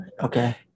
Okay